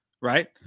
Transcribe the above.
right